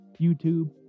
youtube